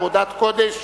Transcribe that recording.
עבודת קודש,